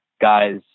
guys